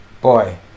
Boy